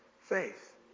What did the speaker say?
faith